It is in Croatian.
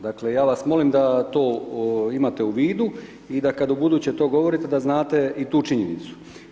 Dakle, ja vas molim da to imate u vidu i da kad ubuduće to govorite da znate i tu činjenicu.